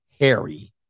Harry